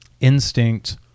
instinct